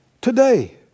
today